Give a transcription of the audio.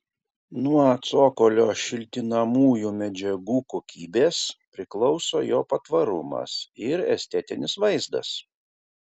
nuo cokolio šiltinamųjų medžiagų kokybės priklauso jo patvarumas ir estetinis vaizdas